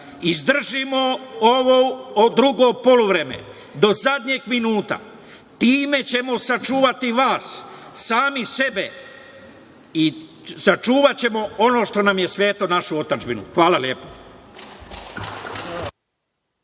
izdržimo ovo drugo poluvreme, do zadnjeg minuta. Time ćemo sačuvati vas, sami sebe i sačuvaćemo ono što nam je sveto, našu otadžbinu. Hvala lepo.